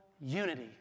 unity